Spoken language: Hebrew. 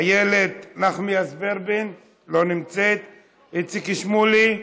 איילת נחמיאס ורבין, לא נמצאת, איציק שמולי,